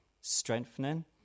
strengthening